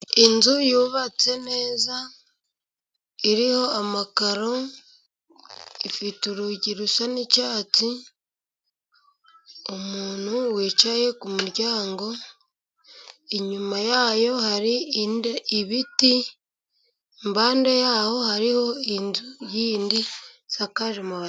Inzu yubatse neza. Iriho amakaro, ifite urugi rusa n'icyatsi. Umuntu wicaye ku muryango, inyuma yayo hari ibiti. Impande yaho hariho inzu yindi isakaje amabati.